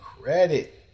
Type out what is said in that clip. credit